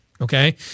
Okay